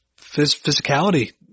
physicality